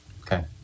Okay